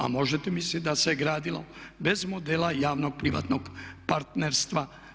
A možete misliti da se gradilo bez modela javnog privatnog partnerstva.